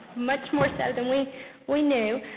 much more so than we we knew,